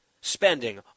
spending